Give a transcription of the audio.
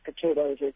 potatoes